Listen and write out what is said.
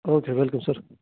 okay welcome sir